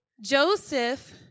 Joseph